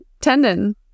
tendon